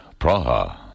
Praha